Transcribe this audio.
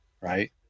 right